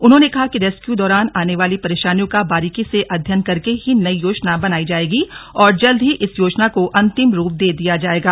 उन्होंने कहा कि रेस्क्यू दौरान आने वाली परेशानियों का बारीकी से अध्ययन करके ही नई योजना बनाई जाएगी और जल्द ही इस योजना को अंतिम रूप दे दिया जायेगा